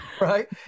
Right